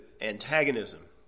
antagonism